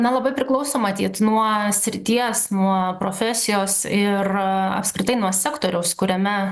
na labai priklauso matyt nuo srities nuo profesijos ir apskritai nuo sektoriaus kuriame